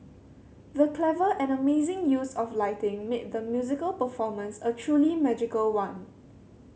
the clever and amazing use of lighting made the musical performance a truly magical one